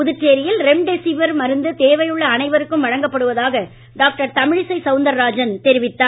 புதுச்சேரியில் ரெம்டெசிவிர் மருந்து தேவையுள்ள அனைவருக்கும் வழங்கப்படுவதாக டாக்டர் தமிழிசை சவுந்தரராஜன் தெரிவித்தார்